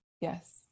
yes